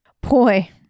Boy